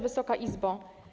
Wysoka Izbo!